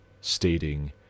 stating